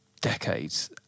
decades